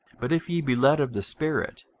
but if ye be led of the spirit,